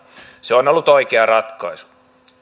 se on ollut oikea ratkaisu